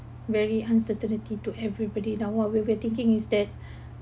very uncertainty to everybody now what we're we're thinking is that